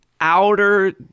outer